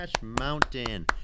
Mountain